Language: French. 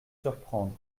surprendre